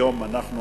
היום אנחנו